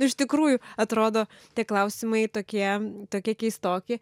iš tikrųjų atrodo tie klausimai tokie tokie keistoki